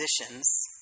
positions